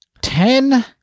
Ten